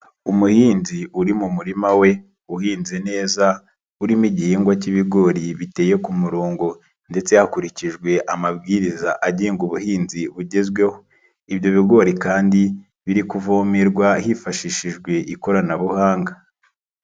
Umuhinzi uri mu murima we uhinze neza urimo igihingwa cy'ibigori biteye ku murongo ndetse hakurikijwe amabwiriza agenga ubuhinzi bugezweho, ibyo bigori kandi biri kuvomerwa hifashishijwe ikoranabuhanga.